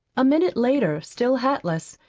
a minute later, still hatless,